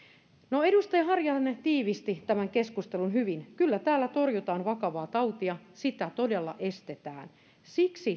no edustaja harjanne tiivisti tämän keskustelun hyvin kyllä tällä torjutaan vakavaa tautia sitä todella estetään siksi